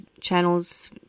channels